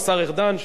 השר ארדן,